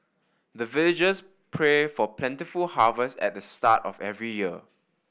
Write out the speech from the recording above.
the villagers pray for plentiful harvest at the start of every year